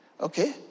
okay